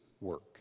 work